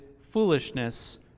foolishness